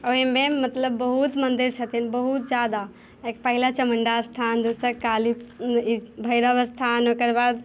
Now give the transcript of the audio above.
ओहिमे मतलब बहुत मन्दिर छथिन बहुत जादा एक पहिला चामुण्डा स्थान दूसरा काली भैरव स्थान ओकर बाद